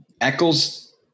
Eccles